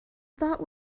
thought